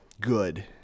good